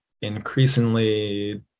increasingly